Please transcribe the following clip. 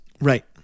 Right